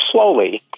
slowly